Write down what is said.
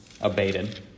abated